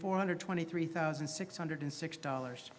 four hundred twenty three thousand six hundred six dollars